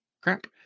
crap